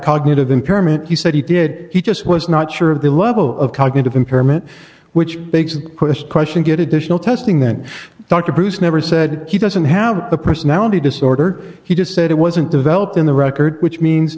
cognitive impairment he said he did he just was not sure of the level of cognitive impairment which begs the question question get additional testing then dr bruce never said he doesn't have the personality disorder he just said it wasn't developed in the record which means